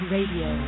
Radio